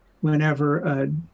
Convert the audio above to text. whenever